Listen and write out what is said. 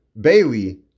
Bailey